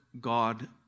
God